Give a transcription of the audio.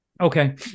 Okay